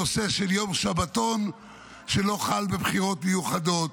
הנושא של יום שבתון לא חל בבחירות מיוחדות.